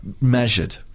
measured